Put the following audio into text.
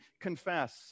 confess